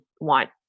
want